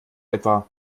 etwa